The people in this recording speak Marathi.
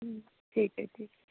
ठीक आहे ठीक आहे